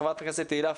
חברת הכנסת תהלה פרידמן.